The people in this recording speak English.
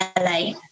LA